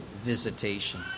visitation